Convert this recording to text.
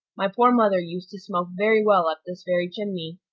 my poor mother used to smoke very well up this very chimney.